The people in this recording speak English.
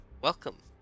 Welcome